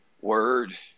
word